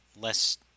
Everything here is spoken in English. less